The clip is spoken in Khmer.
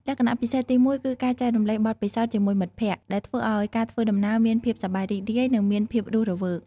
លក្ខណៈពិសេសទីមួយគឺការចែករំលែកបទពិសោធន៍ជាមួយមិត្តភក្តិ ដែលធ្វើឱ្យការធ្វើដំណើរមានភាពសប្បាយរីករាយនិងមានភាពរស់រវើក។